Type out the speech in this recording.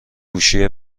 گوشی